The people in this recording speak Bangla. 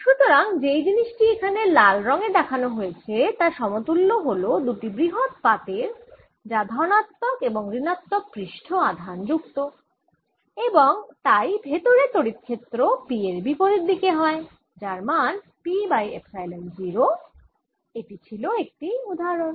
সুতরাংযেই জিনিসটি এখানে লাল রং এ দেখানো হয়েছে তা সমতুল্য হল দুটি বৃহত পাতের যা ধনাত্মক এবং ঋণাত্মক পৃষ্ঠ আধান যুক্ত এবং তাই ভেতরে তড়িৎক্ষেত্র P এর বিপরীত দিকে হয় যার মান P বাই এপসাইলন 0 এটি ছিল একটি উদাহরণ